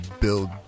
build